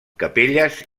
capelles